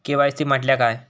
KYC म्हटल्या काय?